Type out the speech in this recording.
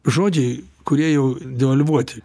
žodžiai kurie jau devalvuoti